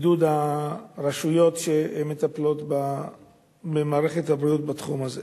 עידוד הרשויות שמטפלות במערכת הבריאות בתחום הזה.